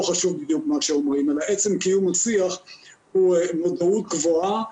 לא חשוב מה שאומרים אלא עצם קיום השיח הוא מודעות גבוהה.